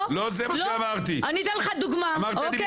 לא, לא, אני אתן לך דוגמה, אוקיי?